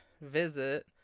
visit